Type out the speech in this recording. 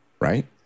right